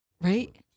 right